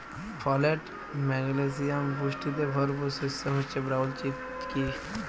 folate, magnesium পুষ্টিতে ভরপুর শস্য হচ্যে ব্রাউল চিকপি